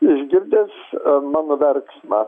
išgirdęs mano verksmą